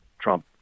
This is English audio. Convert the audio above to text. Trump